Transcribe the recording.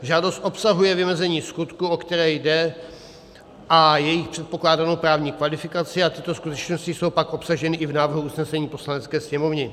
Žádost obsahuje vymezení skutků, o které jde, a jejich předpokládanou právní kvalifikaci a tyto skutečnosti jsou pak obsaženy i v návrhu usnesení Poslanecké sněmovny.